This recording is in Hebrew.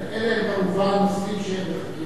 אלה, כמובן, נושאים שהם בחקירה.